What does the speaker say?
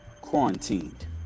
Quarantined